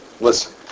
listen